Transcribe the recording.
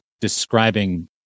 describing